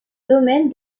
domaine